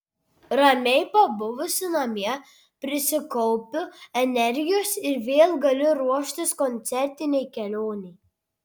ramiai pabuvusi namie prisikaupiu energijos ir vėl galiu ruoštis koncertinei kelionei